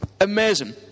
Amazing